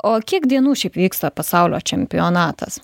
o kiek dienų šiaip vyksta pasaulio čempionatas